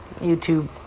YouTube